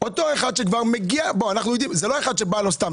אותו אחד שמגיע זה לא אחד שבא לו סתם.